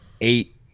eight